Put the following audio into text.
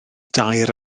dair